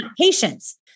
patience